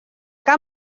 que